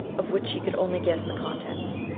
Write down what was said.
of which she could only guess the contents.